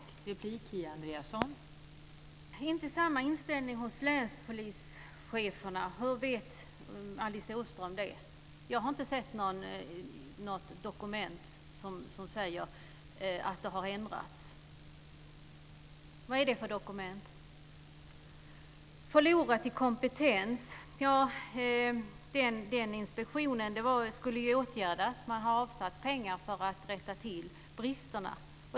Fru talman! Det skulle inte vara samma inställning hos länspolischeferna. Hur vet Alice Åström det? Jag har inte sett något dokument som säger att det har ändrats. Vad är det för dokument? Man skulle ha förlorat i kompetens. Det som framkom i inspektionen skulle ju åtgärdas. Man har avsatt pengar för att rätta till bristerna.